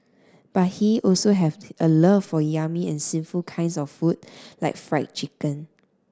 but he also have a love for yummy and sinful kinds of food like Fried Chicken